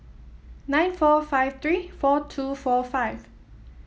nine four five three four two four five